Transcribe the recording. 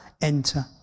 enter